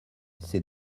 c’est